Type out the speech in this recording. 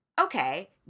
Okay